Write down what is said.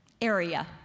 area